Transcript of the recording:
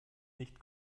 nicht